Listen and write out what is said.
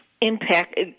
impact –